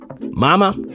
mama